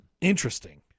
Interesting